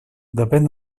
depén